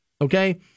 okay